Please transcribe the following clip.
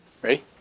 Ready